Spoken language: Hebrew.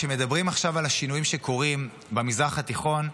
כשמדברים עכשיו על השינויים שקורים במזרח התיכון,